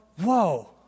whoa